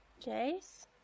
Jace